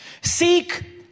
seek